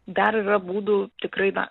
dar yra būdų tikrai na